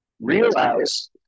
realize